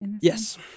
Yes